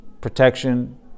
protection